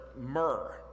myrrh